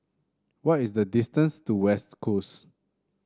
what is the distance to West Coast